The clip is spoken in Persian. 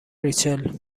ریچل